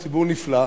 הוא ציבור נפלא,